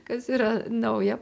kas yra nauja